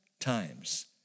times